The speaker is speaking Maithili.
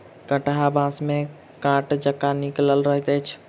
कंटहा बाँस मे काँट जकाँ निकलल रहैत अछि